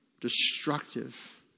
destructive